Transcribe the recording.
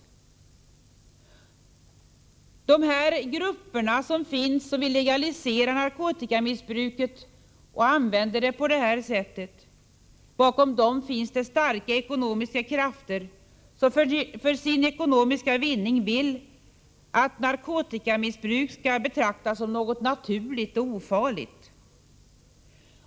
Bakom de här grupperna som vill legalisera narkotikamissbruket och som använder narkotikan på detta sätt finns starka krafter, som för ekonomisk vinnings skull önskar att narkotikamissbruk skall betraktas som något naturligt och ofarligt.